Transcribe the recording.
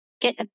Get